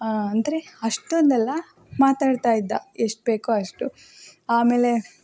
ಅಂದರೆ ಅಷ್ಟೊಂದು ಅಲ್ಲ ಮಾತಾಡ್ತಾ ಇದ್ದ ಎಷ್ಟು ಬೇಕೋ ಅಷ್ಟು ಆಮೇಲೆ